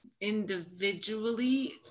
individually